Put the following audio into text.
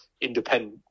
independent